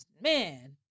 man